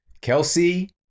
Kelsey